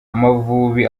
amavubi